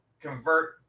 convert